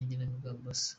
n’igenamigambi